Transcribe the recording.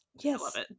Yes